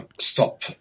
stop